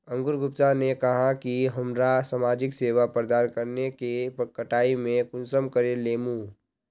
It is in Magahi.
अंकूर गुप्ता ने कहाँ की हमरा समाजिक सेवा प्रदान करने के कटाई में कुंसम करे लेमु?